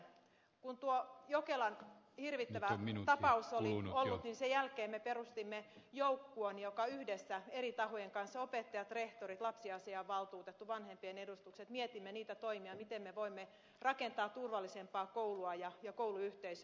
kun tuo jokelan hirvittävä tapaus oli ollut niin sen jälkeen me perustimme joukkueen ja yhdessä eri tahojen kanssa opettajat rehtorit lapsiasiainvaltuutettu vanhempien edustukset mietimme niitä toimia miten me voimme rakentaa turvallisempaa koulua ja kouluyhteisöä